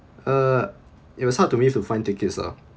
uh it was hard for me to find tickets lah